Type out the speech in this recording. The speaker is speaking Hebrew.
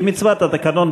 כמצוות התקנון,